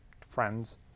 friends